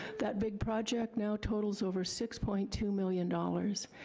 that big project now totals over six point two million dollars